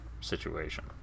situation